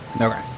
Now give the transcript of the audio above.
Okay